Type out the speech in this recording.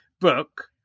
book